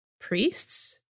Priests